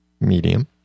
medium